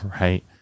right